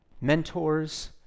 mentors